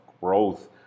growth